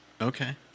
Okay